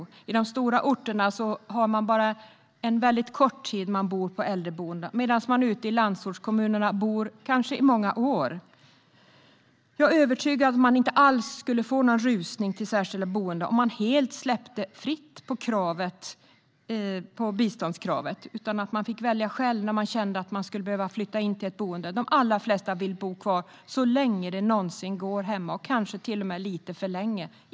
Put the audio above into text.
På de stora orterna är det en väldigt kort tid man bor på äldreboende medan man ute i landsortskommunerna kanske bor i många år. Jag är övertygad om att man inte skulle få någon rusning till särskilda boenden om man helt släppte på biståndskravet så att de äldre själva får välja när de vill flytta till ett boende. De allra flesta vill bo kvar hemma så länge det någonsin går och kanske till och med lite för länge.